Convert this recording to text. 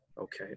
Okay